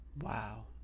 Wow